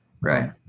Right